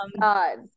God